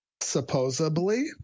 Supposedly